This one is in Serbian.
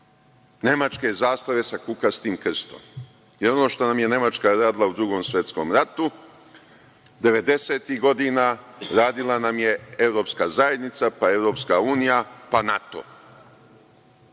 nemačke zastave sa kukastim krstom, jer ono što nam je Nemačka radila u Drugom svetskom ratu 90-ih godina radila nam je Evropska zajednica, pa Evropska unija, pa NATO.